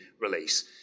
release